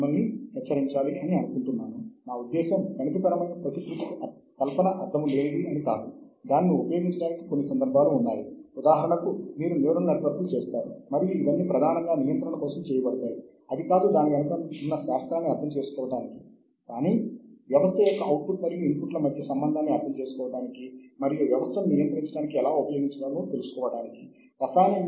మరియు ఆలస్యంగా అయినా కొన్ని అవకాశాలను ఉపయోగించుకునే ప్రయత్నం కూడా జరిగింది రచయితలు తమ సొంత ప్రచురణలను పోర్టల్ లో పంచుకోవడానికి అనుమతించబడ్డారు ఇక్కడ అభ్యర్థన మేరకు సాహిత్యాన్ని పంచుకోవడం సాధ్యమే